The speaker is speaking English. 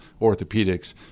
orthopedics